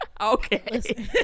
okay